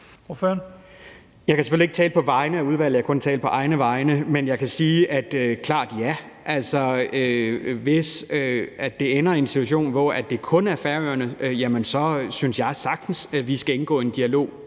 Jeg kan selvfølgelig ikke tale på vegne af udvalget; jeg kan kun tale på egne vegne. Men jeg kan sige klart ja. Altså, hvis det ender i en situation, hvor det kun er Færøerne, jamen så synes jeg sagtens vi skal indgå i en dialog